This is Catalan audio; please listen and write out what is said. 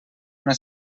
una